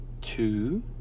two